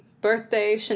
birthday